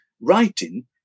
writing